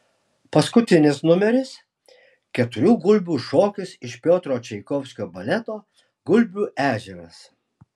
paskutinis numeris keturių gulbių šokis iš piotro čaikovskio baleto gulbių ežeras